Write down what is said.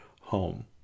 home